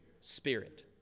Spirit